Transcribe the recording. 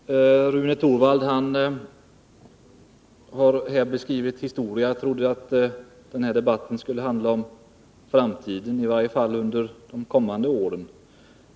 Herr talman! Rune Torwald har här gjort en historieskrivning. Jag trodde att denna debatt skulle handla om framtiden, i varje fall om de kommande åren.